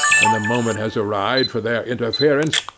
when the moment has arrived for their interference,